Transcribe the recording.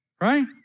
right